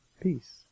Peace